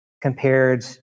compared